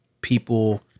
people